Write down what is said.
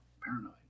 paranoid